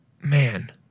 man